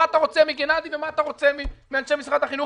מה אתה רוצה מגנאדי קמינסקי ומה אתה רוצה מאנשי משרד החינוך?